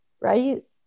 right